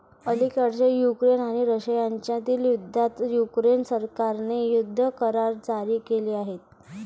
अलिकडेच युक्रेन आणि रशिया यांच्यातील युद्धात युक्रेन सरकारने युद्ध करार जारी केले आहेत